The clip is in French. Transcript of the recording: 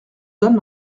donne